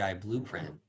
Blueprint